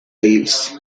leaves